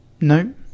No